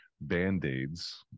band-aids